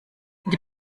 die